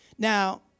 Now